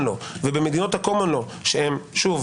לאו כאשר במדינות ה-קומן לאו - שוב,